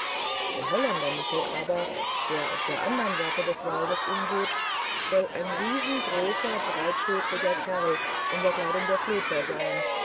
der holländer michel aber der auf der andern seite des waldes umgeht soll ein riesengroßer breitschultriger kerl in der kleidung der flözer sein